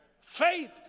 Faith